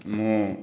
ମୁଁ